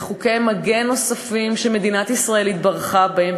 וחוקי מגן נוספים שמדינת ישראל התברכה בהם,